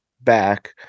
back